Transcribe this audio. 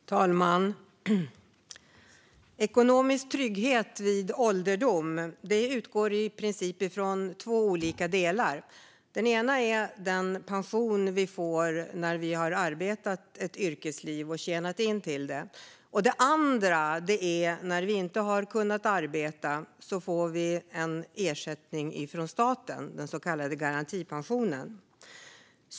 Fru talman! Ekonomisk trygghet vid ålderdom utgår i princip från två olika delar. Den ena är den pension vi får när vi har arbetat ett yrkesliv och tjänat in den, den andra är en ersättning som vi får från staten, den så kallade garantipensionen, om vi inte har kunnat arbeta.